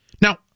Now